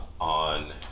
on